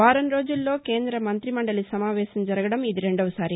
వారం రోజుల్లో కేంద మంతిమండలి సమావేశం జరగడం ఇది రెండవసారి